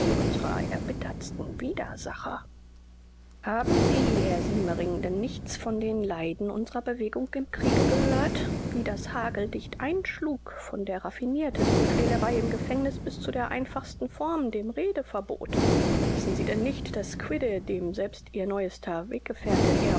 erbittertsten widersacher haben sie herr siemering denn nichts von den leiden unserer bewegung im kriege gehört wie das hageldicht einschlug von der raffiniertesten quälerei im gefängnis bis zu der einfachsten form dem redeverbot wissen sie denn nicht daß quidde dem selbst ihr neuester weggenosse